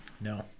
No